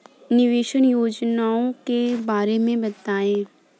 निवेश योजनाओं के बारे में बताएँ?